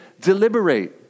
deliberate